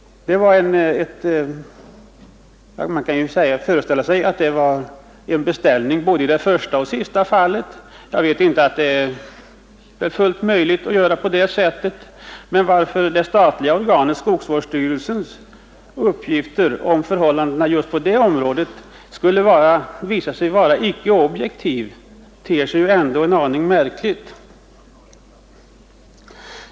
Man kan föreställa sig att det var fråga om beställningar i båda fallen. Jag vet inte om det är fullt möjligt att göra på det sättet, men att det statliga organet skogsvårdsstyrelsens uppgifter om förhållandena just i det här området skulle visa sig vara icke objektiva ter sig ändå en aning märkligt.